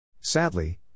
Sadly